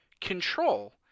control